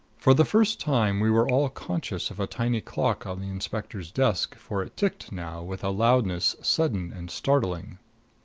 for the first time we were all conscious of a tiny clock on the inspector's desk, for it ticked now with a loudness sudden and startling.